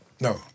No